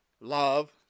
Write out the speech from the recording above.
Love